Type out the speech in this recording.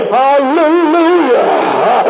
hallelujah